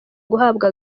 guhabwa